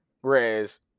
Whereas